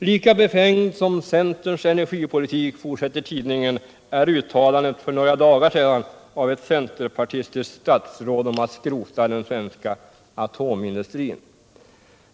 Lika befängt som centerns energipolitik,” fortsätter tidningen, ”är uttalandet för några dagar sedan av ett centerpartistiskt statsråd om att skrota den svenska atomindustrin.